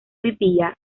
vivía